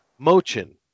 Mochin